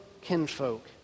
kinfolk